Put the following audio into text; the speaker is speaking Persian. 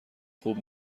خوب